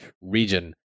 region